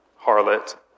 harlot